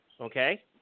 okay